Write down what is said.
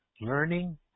learning